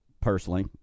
personally